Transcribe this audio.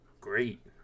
great